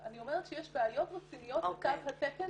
אני אומרת שיש בעיות רציניות בתו התקן